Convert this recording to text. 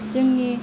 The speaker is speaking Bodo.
जोंनि